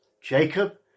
Jacob